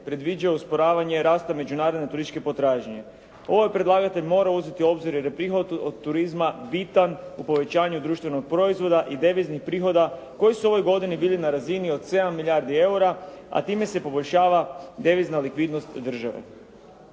predviđa usporavanje rasta međunarodne turističke potražnje. Ovo predlagatelj mora uzeti u obzir jer je prihod od turizma bitan u povećanju društvenog proizvoda i deviznih prihoda koji su u ovoj godini bili na razini od 7 milijardi eura, a time se poboljšava devizna likvidnost države.